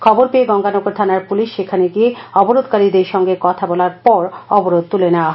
খবর পেয়ে গঙ্গানগর থানার পুলিশ সেখানে গিয়ে অবরোধকারীদের সঙ্গে কথা বলার পর অবরোধ তুলে নেয়া হয়